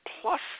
plus